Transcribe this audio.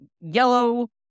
yellow